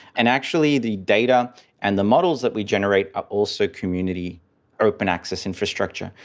and actually the data and the models that we generate are also community open-access infrastructure.